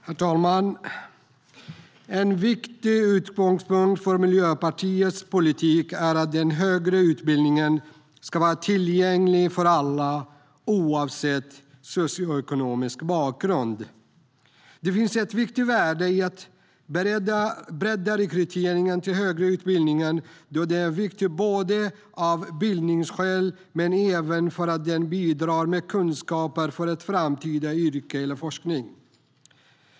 Herr talman! En viktig utgångspunkt för Miljöpartiets politik är att den högre utbildningen ska vara tillgänglig för alla, oavsett socioekonomisk bakgrund. Det finns ett viktigt värde i att bredda rekryteringen till den högre utbildningen, då den är viktig av bildningsskäl men även för att den bidrar med kunskaper för ett framtida yrke eller för forskning.